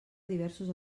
diversos